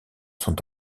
sont